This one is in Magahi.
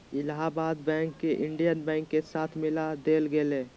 इलाहाबाद बैंक के इंडियन बैंक के साथ मिला देल गेले